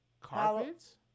Carpets